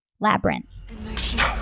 Labyrinth